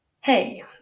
hey